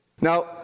Now